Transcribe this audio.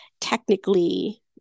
technically